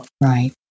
Right